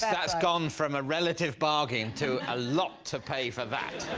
that's gone from a relative bargain to a lot to pay for that.